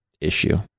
issue